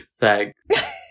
Thanks